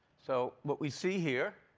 so what we see here